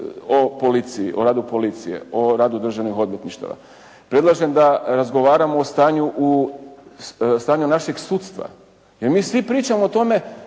o radu policije, o radu državnih odvjetništava, predlažem da razgovaramo o stanju našeg sudstva, jer mi svi pričamo o tome